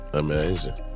amazing